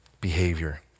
behavior